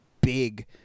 big